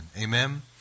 Amen